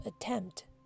attempt